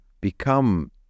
become